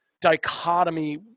dichotomy